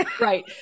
Right